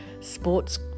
sports